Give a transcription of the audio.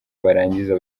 barangiza